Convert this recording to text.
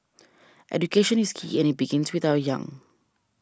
education is key and it begins with our young